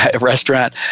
restaurant